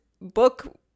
book